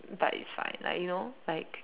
but it's fine like you know like